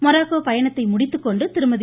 Morocco பயணத்தை முடித்துக்கொண்டு திருமதி